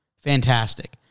fantastic